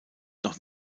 noch